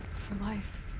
for life.